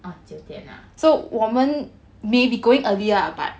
oh 九点 ah